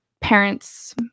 parents